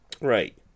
Right